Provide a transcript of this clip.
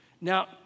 Now